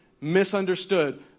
misunderstood